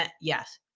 yes